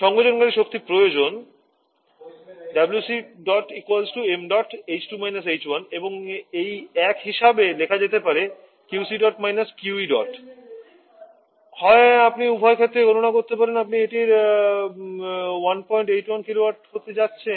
সংকোচকারী শক্তি প্রয়োজন এবং এই এক হিসাবে লেখা যেতে পারে আপনি উভয় ক্ষেত্রেই গণনা করতে পারেন আপনি এটির 181 কিলোওয়াট পেতে যাচ্ছেন